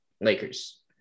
Lakers